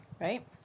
right